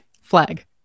flag